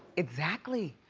exactly.